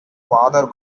other